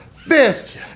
Fist